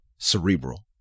Cerebral